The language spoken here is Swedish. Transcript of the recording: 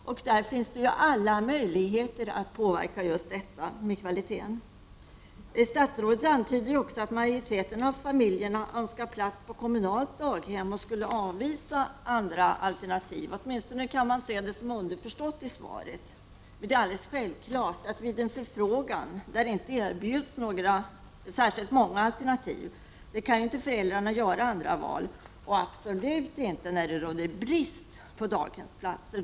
Det finns alla möjligheter att påverka kvaliteten. Statsrådet antyder också att majoriteten av familjerna önskar plats på kommunalt daghem och skulle avvisa andra alternativ. Åtminstone tycks detta vara underförstått i svaret. Det är alldeles självklart att vid en förfrågan där det inte erbjuds särskilt många alternativ kan inte föräldrarna göra andra val, och absolut inte när det råder brist på daghemsplatser.